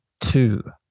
Two